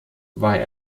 war